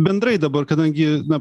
bendrai dabar kadangi na